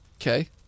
Okay